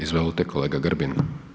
Izvolite, kolega Grbin.